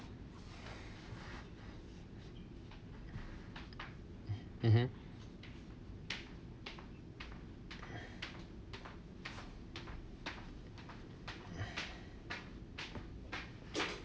mmhmm